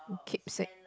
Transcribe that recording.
keeps it